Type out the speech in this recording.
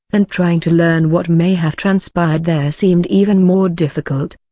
and trying to learn what may have transpired there seemed even more difficult.